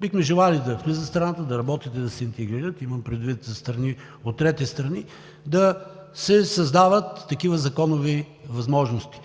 бихме желали да влизат в страната, да работят и да се интегрират – имам предвид от трети страни, да се създават такива законови възможности.